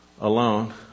alone